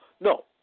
No